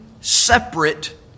separate